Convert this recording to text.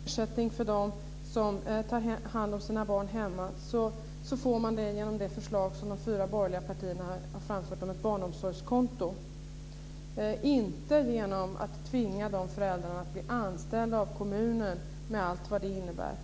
Fru talman! Om man vill ge ersättning till dem som tar hand om sina barn hemma, kan man göra det genom det förslag som de fyra borgerliga partierna har framfört om ett barnomsorgskonto och inte genom att tvinga dessa föräldrar att bli anställda av kommunen med allt vad det innebär.